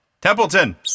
Templeton